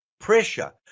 pressure